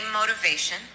motivation